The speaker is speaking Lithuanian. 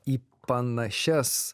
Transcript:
į panašias